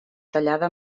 tallada